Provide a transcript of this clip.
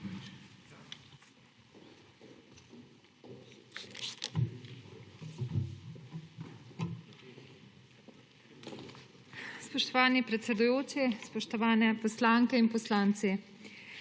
Spoštovani predsedujoči, spoštovane poslanke in poslanci!